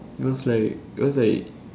because like cause like